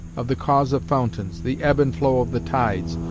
of the cause of fountains, the ebb and flow of the tides,